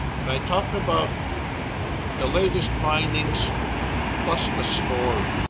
and i talked about the latest findings plus the story.